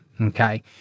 okay